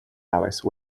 alice